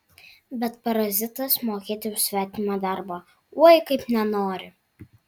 bet parazitas mokėti už svetimą darbą oi kaip nenori